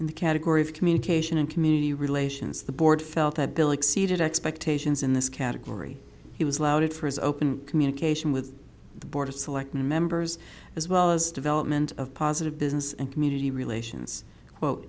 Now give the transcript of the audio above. in the category of communication and community relations the board felt that bill exceeded expectations in this category he was allowed for his open communication with the board of selectmen members as well as development of positive business and community relations quote